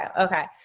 Okay